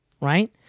right